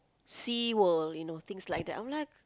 sea world you know things like that I'm like